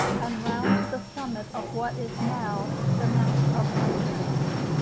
and round to the summit of what is now the mount of offence,